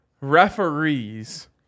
referees